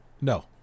No